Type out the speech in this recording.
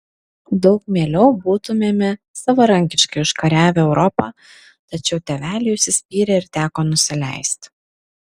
daug mieliau būtumėme savarankiškai užkariavę europą tačiau tėveliai užsispyrė ir teko nusileisti